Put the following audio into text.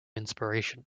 inspiration